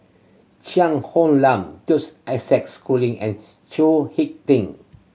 Cheang Hong Lam Joseph Isaac Schooling and Chao Hick Tin